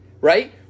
right